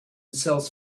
sells